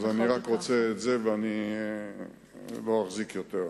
אז אני רק רוצה לומר, ואני לא אחזיק יותר,